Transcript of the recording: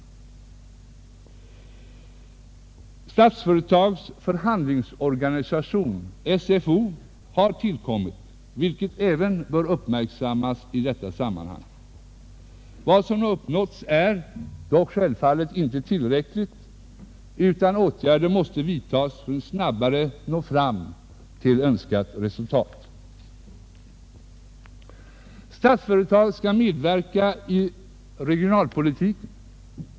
Något som också bör uppmärksammas i detta sammanhang är tillkomsten av Statsföretagens förhandlingsdelegation, SFO. Vad som uppnåtts är dock självfallet inte tillräckligt, utan åtgärder måste vidtas för att snabbare nå fram till önskat resultat. Statsföretag skall medverka i regionalpolitiken.